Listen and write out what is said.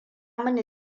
mini